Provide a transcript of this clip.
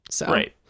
Right